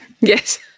Yes